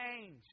change